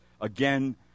again